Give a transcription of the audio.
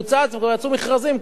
וכבר יצאו מכרזים כאלה,